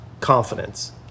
confidence